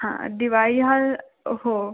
हं दिवाळी हा हो